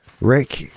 Rick